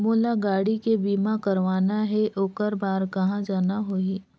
मोला गाड़ी के बीमा कराना हे ओकर बार कहा जाना होही?